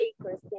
acres